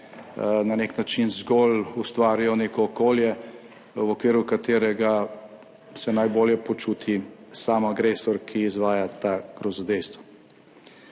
na nek način zgolj ustvarijo neko okolje, v okviru katerega se najbolje počuti sam agresor, ki izvaja ta grozodejstva.